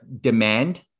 demand